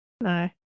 No